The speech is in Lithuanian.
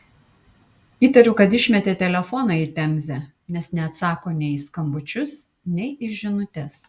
įtariu kad išmetė telefoną į temzę nes neatsako nei į skambučius nei į žinutes